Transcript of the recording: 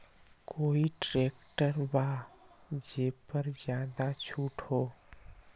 कोइ ट्रैक्टर बा जे पर ज्यादा छूट हो?